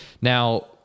now